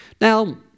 Now